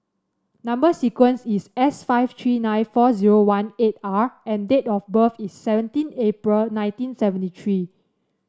number sequence is S five three nine four zero one eight R and date of birth is seventeen April nineteen seventy three